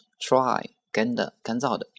dry,干的,干燥的